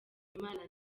imana